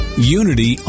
Unity